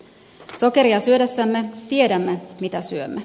sokeria syödessämme tiedämme mitä syömme